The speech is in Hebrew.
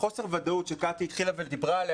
חוסר הוודאות שקטי התחילה ודיברה עליה,